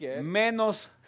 menos